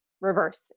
reverse